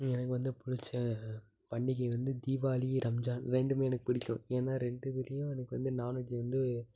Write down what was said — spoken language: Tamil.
எனக்கு வந்து பிடிச்ச பண்டிகை வந்து தீவாளி ரம்ஜான் ரெண்டுமே எனக்கு பிடிக்கும் ஏன்னா ரெண்டு இதுலையும் எனக்கு வந்து நான்வெஜி வந்து